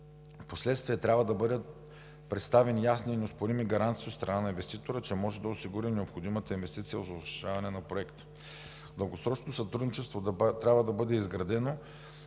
Впоследствие трябва да бъдат представени ясни и неоспорими гаранции от страна на инвеститора, че може да осигури необходимата инвестиция за осъществяване на Проекта. Дългосрочното сътрудничество трябва да бъде изградено